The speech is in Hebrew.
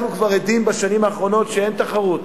אנחנו כבר עדים בשנים האחרונות שאין תחרות.